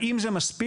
האם זה מספיק?